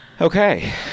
okay